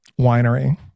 winery